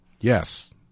Yes